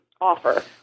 offer